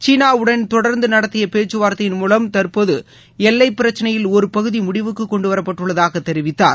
சீனாவுடன் தொடர்ந்து நடத்திய பேச்சுவார்த்தையின் மூலம் தற்போது எல்லைப்பிரச்சினையில் ஒரு பகுதி முடிவுக்கு கொண்டுவரப்பட்டுள்ளதாக தெரிவித்தார்